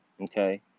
Okay